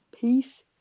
peace